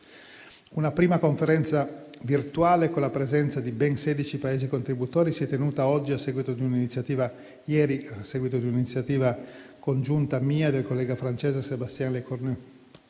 Una prima conferenza virtuale, con la presenza di ben 16 Paesi contributori, si è tenuta ieri, a seguito di un'iniziativa congiunta mia e del collega francese Sébastien Lecornu.